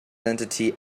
entity